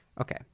Okay